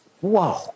whoa